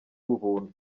ubuntu